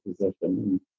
position